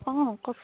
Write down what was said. অঁ কওকচোন